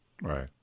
Right